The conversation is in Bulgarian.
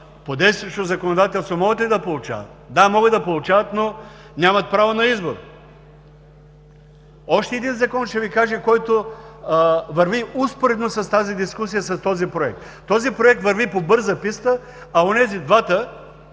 по действащото законодателство могат ли да получават? Да, могат да получават, но нямат право на избор. Още един закон ще Ви кажа, който върви успоредно с тази дискусия, с този проект. Този проект върви по бърза писта, а онези двата